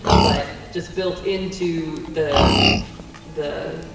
but just built into the the